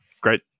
great